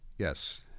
Yes